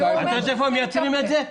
את יודעת איפה הם מייצרים את זה?